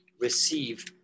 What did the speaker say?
receive